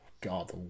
God